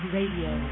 Radio